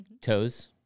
Toes